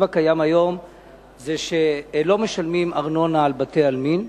הקיים היום זה שלא משלמים ארנונה על בתי-עלמין.